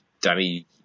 Danny